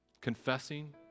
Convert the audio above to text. confessing